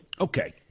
Okay